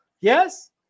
Yes